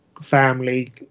family